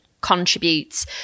contributes